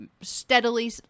steadily